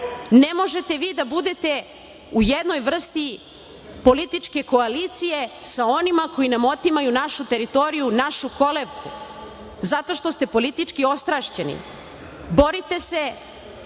ne možete vi da budete u jednoj vrsti političke koalicije sa onima koji nam otimaju našu teritoriju, naše kolevke zato što ste politički ostrašćeni. Borite se